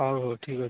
ହଉ ହଉ ଠିକ୍ ଅଛି